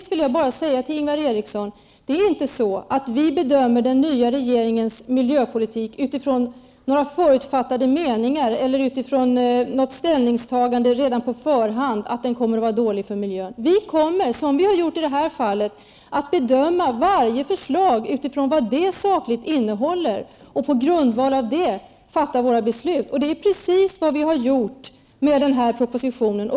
Vi bedömer inte den nya regeringens miljöpolitik, Ingvar Eriksson, utifrån några förutfattade meningar eller utifrån något ställningstagande redan på förhand att den kommer att vara dålig för miljön. Vi kommer, som i detta fall, att bedöma varje förslag utifrån vad det sakligt innehåller, och på grundval av det kommer vi att fatta våra beslut. Det är precis vad vi har gjort med denna proposition.